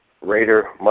Raider